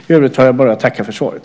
I övrigt har jag bara att tacka för svaret.